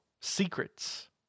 secrets